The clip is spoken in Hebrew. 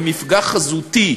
מפגע חזותי,